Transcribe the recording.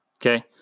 Okay